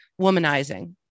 womanizing